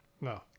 No